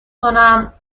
کنم